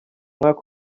mwaka